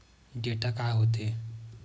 Data का होथे?